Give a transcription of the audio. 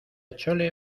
chole